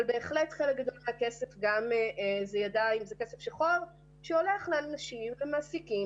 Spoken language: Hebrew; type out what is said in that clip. אבל בהחלט חלק מהכסף זה כסף שחור שהולך לאנשים ומעסיקים